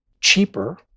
cheaper